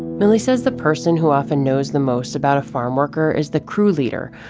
mily says the person who often knows the most about a farmworker is the crew leader,